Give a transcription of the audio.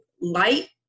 light